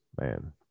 man